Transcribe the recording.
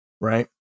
Right